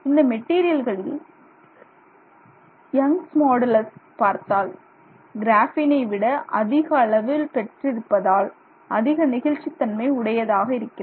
இந்த மெட்டீரியல்களில் Young's modulus Young's modulus பார்த்தால் கிராஃபீனை விட அதிக அளவில் பெற்றிருப்பதால் அதிக நெகிழ்ச்சித் தன்மை உடையதாக இருக்கிறது